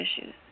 issues